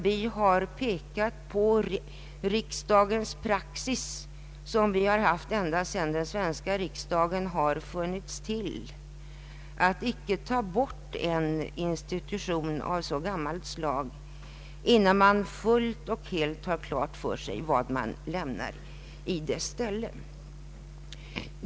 Vi har pekat på den praxis som vi haft så länge den svenska riksdagen har funnits till — att inte ta bort en institution av så gammalt slag innan man helt och fullt har klart för sig vad man sätter i dess ställe.